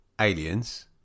Aliens